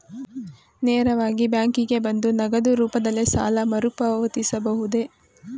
ನೇರವಾಗಿ ಬ್ಯಾಂಕಿಗೆ ಬಂದು ನಗದು ರೂಪದಲ್ಲೇ ಸಾಲ ಮರುಪಾವತಿಸಬಹುದೇ?